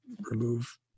remove